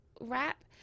wrap